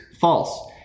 false